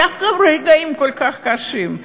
דווקא ברגעים כל כך קשים,